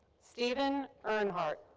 stephen ernharth.